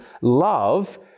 love